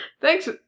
thanks